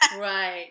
right